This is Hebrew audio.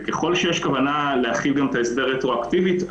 ואם יש כוונה להחיל את ההסדר רטרואקטיבית,